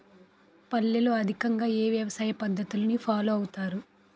పల్లెల్లో అధికంగా ఏ వ్యవసాయ పద్ధతులను ఫాలో అవతారు?